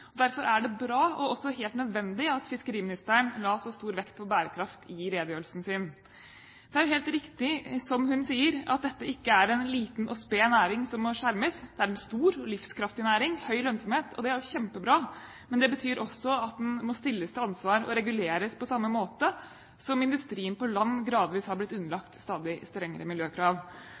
Derfor er det bra og også helt nødvendig at fiskeriministeren la så stor vekt på bærekraft i redegjørelsen sin. Det er helt riktig som hun sier, at dette ikke er en liten og sped næring som må skjermes, det er en stor og livskraftig næring med høy lønnsomhet. Det er kjempebra, men det betyr også at den må stilles til ansvar og reguleres, på samme måte som industrien på land gradvis har blitt underlagt stadig strengere miljøkrav.